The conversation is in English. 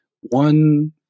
One